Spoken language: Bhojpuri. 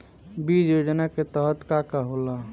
बीज योजना के तहत का का होला?